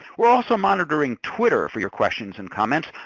we're also monitoring twitter for your questions and comments.